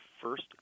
first